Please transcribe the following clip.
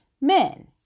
men